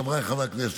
חבריי חברי הכנסת,